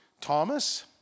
Thomas